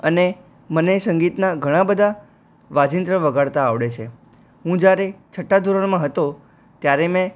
અને મને સંગીતનાં ઘણા બધા વાજિંત્ર વગાડતા આવડે છે હું જ્યારે છઠ્ઠા ધોરણમાં હતો ત્યારે મેં